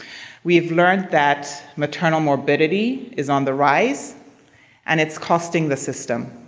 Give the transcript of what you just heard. we've learned that maternal morbidity is on the rise and it's costing the system.